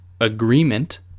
agreement